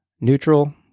neutral